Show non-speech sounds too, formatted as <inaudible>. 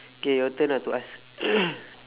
K your turn ah to ask <coughs>